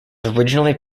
originally